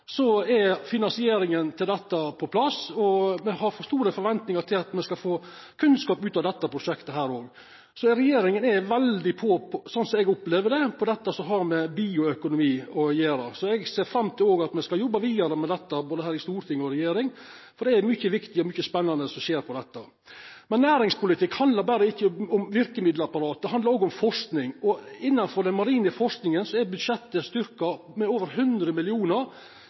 Så regjeringa er veldig på, slik eg opplever det, når det gjeld det som har med bioøkonomi å gjera. Eg ser òg fram til at me skal jobba vidare med dette både her i Stortinget og i regjering. Det er mykje viktig og mykje spennande som skjer med dette. Næringspolitikk handlar ikkje berre om verkemiddelapparat, det handlar òg om forsking. Innanfor den marine forskinga er budsjettet styrkt med over 100